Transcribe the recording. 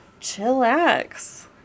chillax